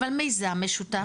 אבל מיזם משותף,